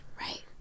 Right